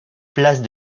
place